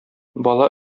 бала